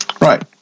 Right